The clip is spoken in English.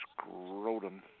scrotum